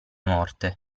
morte